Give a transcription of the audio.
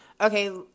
Okay